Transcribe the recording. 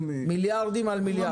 מיליארדים על מיליארדים.